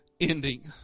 ending